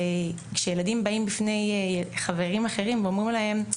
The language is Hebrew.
כשילדים באים בפני חברים אחרים ואומרים להם,